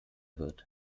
wird